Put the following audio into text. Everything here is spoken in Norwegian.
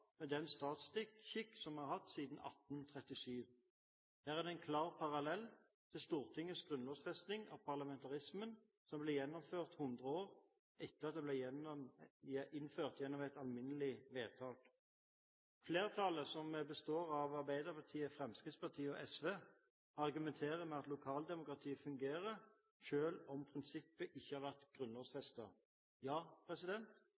med den statsskikk som vi har hatt siden 1837. Her er det en klar parallell til Stortingets grunnlovfesting av parlamentarismen, som ble gjennomført 100 år etter at det ble innført gjennom et alminnelig vedtak. Flertallet, som består av Arbeiderpartiet, Fremskrittspartiet og SV, argumenterer med at lokaldemokratiet fungerer selv om prinsippet ikke har vært